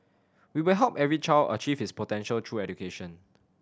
we will help every child achieve his potential through education